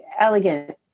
elegant